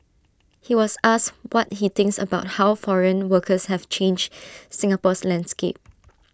he was asked what he thinks about how foreign workers have changed Singapore's landscape